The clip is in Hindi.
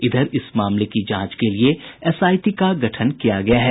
इधर इस मामले की जांच के लिए एसआईटी का गठन किया गया है